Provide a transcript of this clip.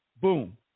Boom